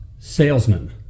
Salesman